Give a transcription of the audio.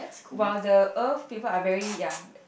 while the earth people are very ya